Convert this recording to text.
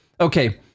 Okay